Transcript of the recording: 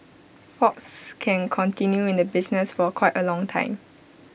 fox can continue in the business for quite A long time